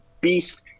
beast